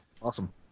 Awesome